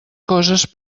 coses